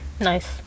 nice